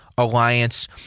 alliance